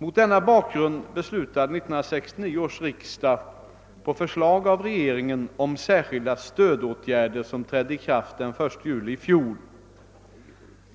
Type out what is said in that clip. Mot denna bakgrund beslutade 1969 års riksdag på förslag av regeringen om särskilda stödåtgärder som trädde i kraft den 1 juli i fjol.